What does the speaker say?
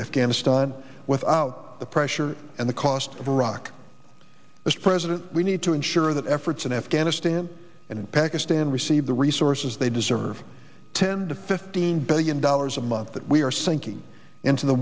afghanistan without the pressure and the cost of iraq as president we need to ensure that efforts in afghanistan and in pakistan receive the resources they deserve ten to fifteen billion dollars a month that we are sinking into the